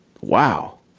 wow